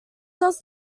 does